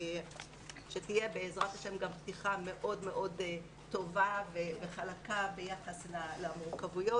שתהיה עזרת השם גם פתיחה מאוד מאוד טובה וחלקה ביחס למורכבויות,